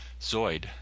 Zoid